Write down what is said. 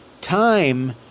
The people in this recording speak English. time